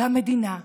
והמדינה שותקת.